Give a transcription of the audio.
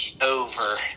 over